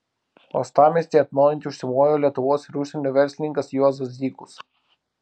uostamiestį atnaujinti užsimojo lietuvos ir užsienio verslininkas juozas zykus